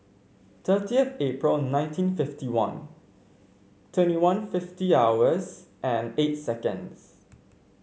thirtieth April nineteen fifty one twenty one fifty hours and eight seconds